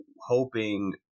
hoping